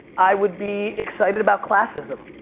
i would be excited about classism.